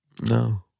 No